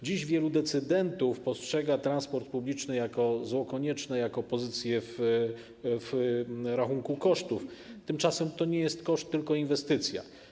Dziś wielu decydentów postrzega transport publiczny jako zło konieczne, jako pozycję w rachunku kosztów, tymczasem to nie jest koszt, tylko to jest inwestycja.